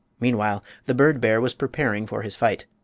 meanwhile the bird-bear was preparing for his fight.